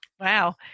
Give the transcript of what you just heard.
Wow